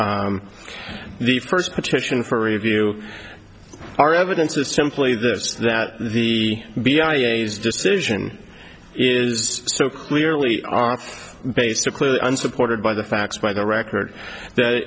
the first petition for review our evidence is simply this that the b itas decision is so clearly are basically unsupported by the facts by the record th